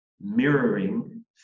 mirroring